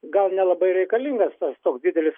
gal nelabai reikalingas tas toks didelis